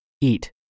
eat